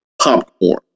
popcorn